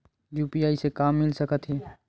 UPI से का मिल सकत हे?